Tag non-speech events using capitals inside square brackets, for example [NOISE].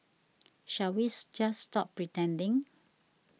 shall we [UNINTELLIGIBLE] just stop pretending